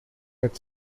had